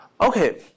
Okay